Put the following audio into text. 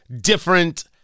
different